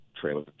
trailer